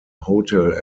hotel